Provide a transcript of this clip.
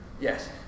Yes